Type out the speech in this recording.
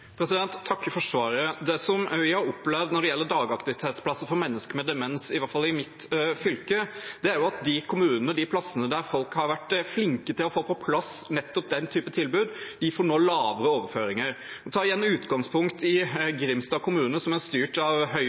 for svaret. Det vi har opplevd når det gjelder dagaktivitetsplasser for mennesker med demens, i hvert fall i mitt fylke, er at de kommunene og plassene der folk har vært flinke til å få på plass nettopp den typen tilbud, nå får lavere overføringer. Ta gjerne utgangspunkt i Grimstad kommune, som er styrt av Høyre